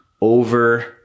over